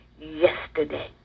yesterday